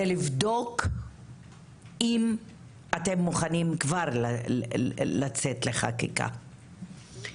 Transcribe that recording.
לבדוק אם אתם מוכנים כבר לצאת לחקיקה.